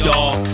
Dog